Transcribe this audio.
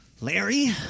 Larry